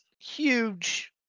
Huge